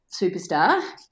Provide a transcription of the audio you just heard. superstar